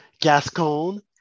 Gascon